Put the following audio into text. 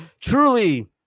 truly